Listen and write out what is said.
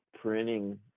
printing